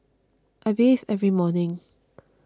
I bathe every morning